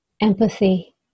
empathy